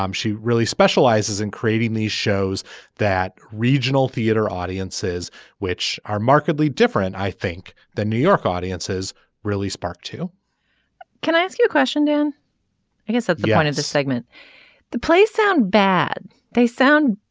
um she really specializes in creating these shows that regional theater audiences which are markedly different. i think than new york audiences really spark too can i ask your question dan i guess that's the point in this segment the play sound bad they sound